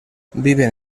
viven